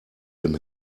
dem